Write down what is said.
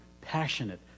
passionate